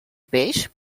peix